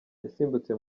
yasimbutse